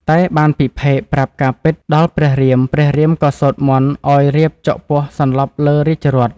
តែ បានពិភេកប្រាប់ការពិតដល់ព្រះរាមៗក៏សូត្រមន្តឱ្យរាពណ៍ចុកពោះសន្លប់លើរាជរថ។